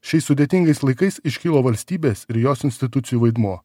šiais sudėtingais laikais iškilo valstybės ir jos institucijų vaidmuo